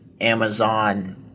Amazon